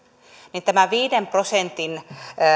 niin että tämä viiden prosentin